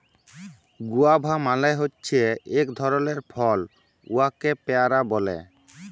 guava মালে হছে ইক ধরলের ফল উয়াকে পেয়ারা ব্যলে